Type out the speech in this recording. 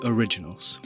Originals